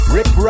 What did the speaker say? Rip